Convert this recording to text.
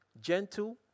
Gentle